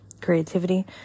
creativity